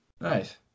Nice